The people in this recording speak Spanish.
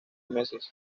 meses